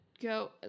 go